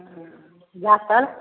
जातर